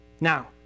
Now